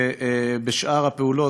ובשאר הפעולות,